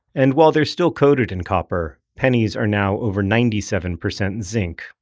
and while they're still coated in copper, pennies are now over ninety seven percent zinc,